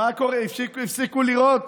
מה קורה, הפסיקו לירות?